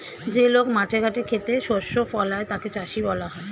যে লোক মাঠে ঘাটে খেতে শস্য ফলায় তাকে চাষী বলা হয়